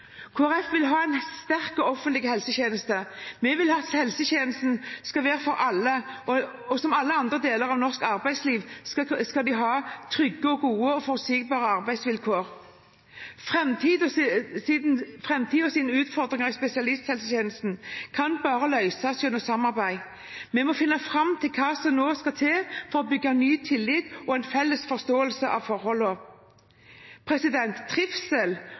Folkeparti vil ha en sterk offentlig helsetjeneste. Vi vil at helsetjenesten skal være for alle, og som i alle andre deler av norsk arbeidsliv skal det være trygge, gode og forutsigbare arbeidsvilkår. Framtidens utfordringer i spesialisthelsetjenesten kan bare løses gjennom samarbeid. Vi må finne fram til hva som skal til for å bygge ny tillit og en felles forståelse av forholdene. Trivsel